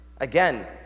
Again